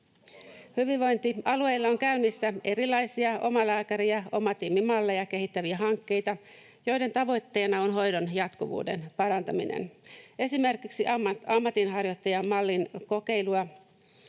Hyvinvointialueilla on käynnissä erilaisia omalääkäri- ja omatiimimalleja kehittäviä hankkeita, joiden tavoitteena on hoidon jatkuvuuden parantaminen. Esimerkiksi ammatinharjoittajamallin kokeilua